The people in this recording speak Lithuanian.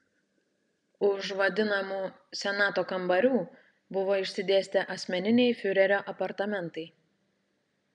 už vadinamų senato kambarių buvo išsidėstę asmeniniai fiurerio apartamentai